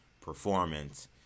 performance